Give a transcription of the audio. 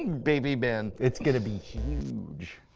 baby man. it's going to be huge.